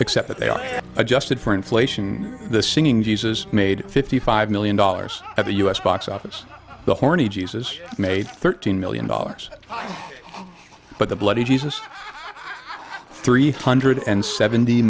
except that they are adjusted for inflation the singing jesus made fifty five million dollars at the u s box office the horny jesus made thirteen million dollars but the bloody jesus three hundred and seventy